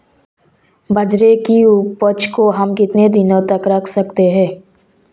बाजरे की उपज को हम कितने दिनों तक रख सकते हैं?